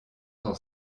dans